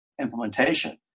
implementation